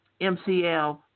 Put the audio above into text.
MCL